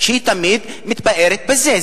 שהיא תמיד מתפארת בזה.